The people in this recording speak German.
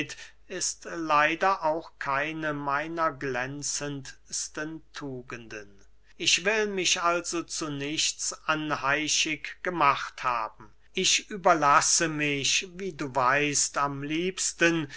ist leider auch keine meiner glänzendsten tugenden ich will mich also zu nichts anheischig gemacht haben ich überlasse mich wie du weißt am liebsten